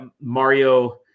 mario